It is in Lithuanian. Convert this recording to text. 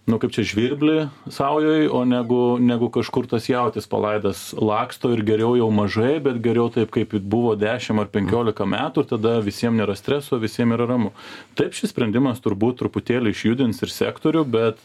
nu kaip čia žvirblį saujoj o negu negu kažkur tas jautis palaidas laksto ir geriau jau mažai bet geriau taip kaip buvo dešim ar penkiolika metų ir tada visiem nėra streso visiem yra ramu taip šis sprendimas turbūt truputėlį išjudins ir sektorių bet